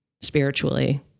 spiritually